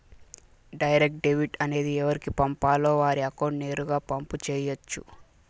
direct debit అనేది ఎవరికి పంపాలో వారి అకౌంట్ నేరుగా పంపు చేయొచ్చు